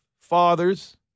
fathers